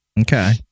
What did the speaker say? Okay